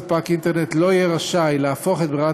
ספק אינטרנט לא יהיה רשאי להפוך את ברירת